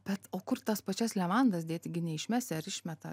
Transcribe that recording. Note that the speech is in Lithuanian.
bet o kur tas pačias levandas dėti gi neišmesi ar išmeta